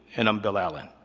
and i'm bill allen.